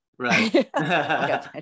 right